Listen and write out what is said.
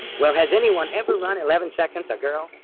well, has anyone ever run eleven seconds a girl?